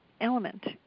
element